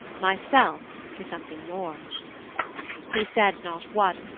myself for something more he said not what,